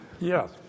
Yes